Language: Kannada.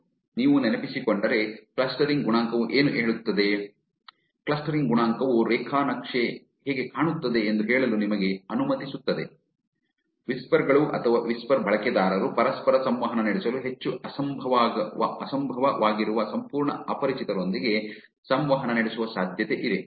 ನೀವು ನೆನಪಿಸಿಕೊಂಡರೆ ಕ್ಲಸ್ಟರಿಂಗ್ ಗುಣಾಂಕವು ಏನು ಹೇಳುತ್ತದೆ ಕ್ಲಸ್ಟರಿಂಗ್ ಗುಣಾಂಕವು ರೇಖಾ ನಕ್ಷೆ ಹೇಗೆ ಕಾಣುತ್ತದೆ ಎಂದು ಹೇಳಲು ನಿಮಗೆ ಅನುಮತಿಸುತ್ತದೆ ವಿಸ್ಪರ್ ಗಳು ಅಥವಾ ವಿಸ್ಪರ್ ಬಳಕೆದಾರರು ಪರಸ್ಪರ ಸಂವಹನ ನಡೆಸಲು ಹೆಚ್ಚು ಅಸಂಭವವಾಗಿರುವ ಸಂಪೂರ್ಣ ಅಪರಿಚಿತರೊಂದಿಗೆ ಸಂವಹನ ನಡೆಸುವ ಸಾಧ್ಯತೆಯಿದೆ